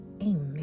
Amen